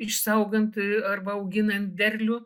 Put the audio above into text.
išsaugant arba auginant derlių